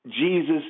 Jesus